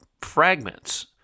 fragments